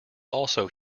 also